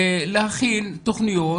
להכין תוכניות,